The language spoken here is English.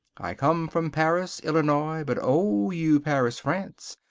i come from paris, illinois, but oh! you paris, france!